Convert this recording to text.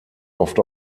oft